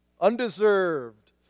undeserved